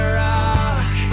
rock